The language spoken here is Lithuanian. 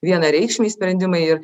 vienareikšmiai sprendimai ir